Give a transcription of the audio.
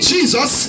Jesus